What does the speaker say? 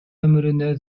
өмүрүнө